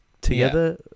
together